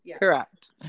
Correct